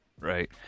Right